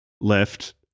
left